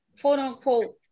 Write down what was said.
quote-unquote